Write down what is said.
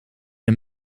een